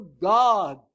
God